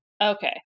Okay